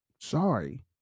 Sorry